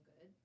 good